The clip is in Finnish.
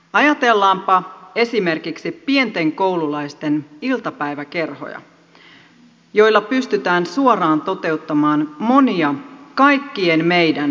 ajatellaanpa esimerkiksi pienten koululaisten iltapäiväkerhoja joilla pystytään suoraan toteuttamaan monia kaikkien meidän tavoittelemia päämääriä